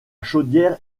chaudière